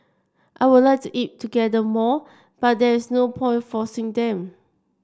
I would like to eat together more but there is no point forcing them